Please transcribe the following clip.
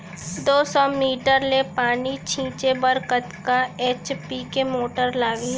दो सौ मीटर ले पानी छिंचे बर कतका एच.पी के मोटर लागही?